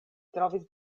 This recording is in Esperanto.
trovis